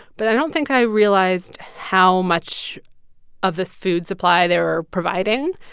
but i don't think i realized how much of the food supply they're providing.